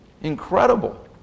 Incredible